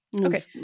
Okay